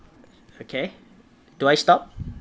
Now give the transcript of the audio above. okay do I stop